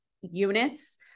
units